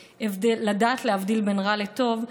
מלדעת להבדיל בין רע לטוב,